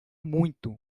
muito